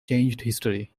history